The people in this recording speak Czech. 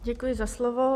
Děkuji za slovo.